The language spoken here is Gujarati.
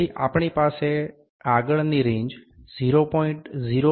તેથી આપણી પાસે પણ આગળની રેન્જ 0